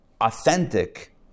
authentic